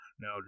Now